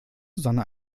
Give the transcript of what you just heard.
susanne